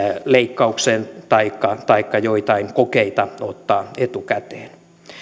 leikkaukseen taikka taikka joitain kokeita ottaa etukäteen